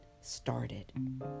started